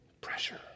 pressure